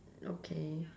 okay